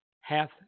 hath